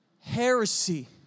Heresy